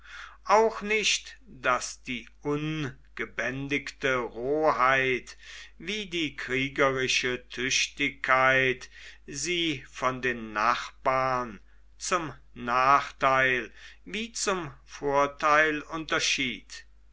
auch nicht daß die ungebändigte roheit wie die kriegerische tüchtigkeit sie von den nachbarn zum nachteil wie zum vorteil unterschied